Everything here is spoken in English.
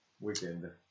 Weekend